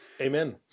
Amen